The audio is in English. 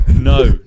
No